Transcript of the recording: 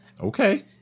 Okay